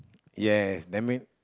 yes that mean